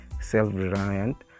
self-reliant